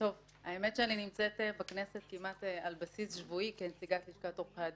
האמת שאני נמצאת בכנסת כמעט על בסיס שבועי כנציגת לשכת עורכי הדין,